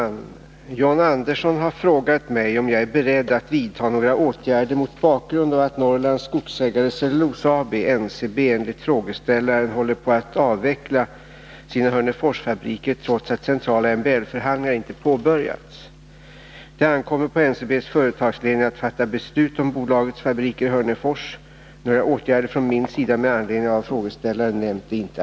NCB håller nu på att avveckla fabriken i Hörnefors i Västerbotten. Man säljer ut flisen, och tydligen skall även lagret av olja avyttras. Detta sker trots att centrala MBL-förhandlingar inte påbörjats. Avser industriministern att mot bakgrund av det anförda vidta några åtgärder?